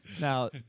Now